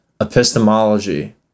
epistemology